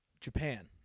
Japan